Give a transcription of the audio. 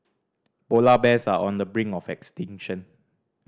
polar bears are on the brink of extinction